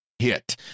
hit